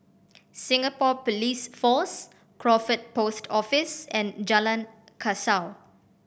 Singapore Police Force Crawford Post Office and Jalan Kasau